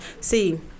see